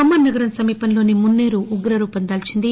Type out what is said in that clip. ఖమ్మం నగర సమీపంలోని మున్సే రు ఉగ్రరూపం దాల్చింది